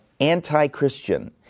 anti-Christian